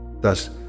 thus